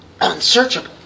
unsearchable